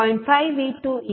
4V22I2 0